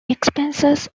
expenses